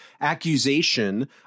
accusation